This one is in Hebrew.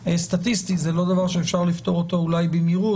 סטטיסטי וזה לא דבר שאפשר לפתור אותו אולי במהירות,